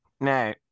No